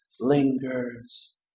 lingers